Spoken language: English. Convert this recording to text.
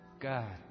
God